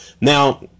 Now